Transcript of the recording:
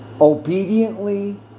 obediently